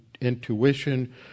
intuition